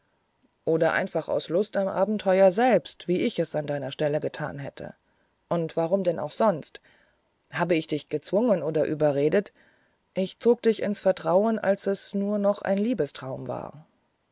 oder einfach aus lust am abenteuer selbst wie ich es an deiner stelle getan hätte und warum denn auch sonst habe ich dich gezwungen oder überredet ich zog dich ins vertrauen als es nur noch ein liebestraum war